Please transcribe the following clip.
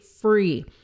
free